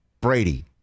Brady